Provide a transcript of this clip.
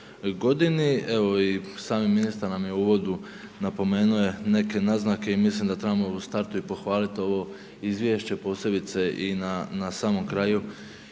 godini, evo i sami ministar nam je u uvodu napomeno je neke naznake i mislim da trebamo u startu i pohvalit ovo izvješće, posebice i na samom kraju